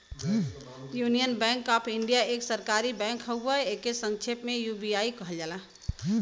union Bank of India एक सरकारी bank हउवे एके संक्षेप में यू.बी.आई कहल जाला